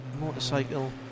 motorcycle